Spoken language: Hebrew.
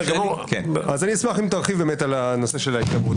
משום שחמישה של הקואליציה יוכלו למנות בלי לשאול אף אחד.